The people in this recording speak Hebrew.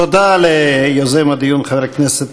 תודה ליוזם הדיון, חבר הכנסת